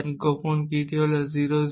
যার গোপন কী হল 00111